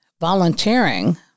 Volunteering